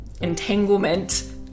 entanglement